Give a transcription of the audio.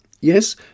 Yes